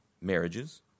marriages